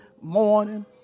morning